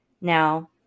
Now